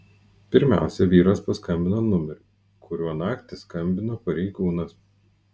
pirmiausia vyras paskambino numeriu kuriuo naktį skambino pareigūnas